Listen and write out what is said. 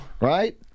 right